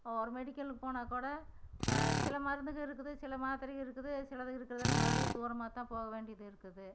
ஒரு மெடிக்கலுக்கு போனாக்கூட சில மருந்துகள் இருக்குது சில மாத்திரைகள் இருக்குது சிலது இருக்கிறது இல்லை மறுபடியும் தூரமாக தான் போக வேண்டியது இருக்குது